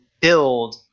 build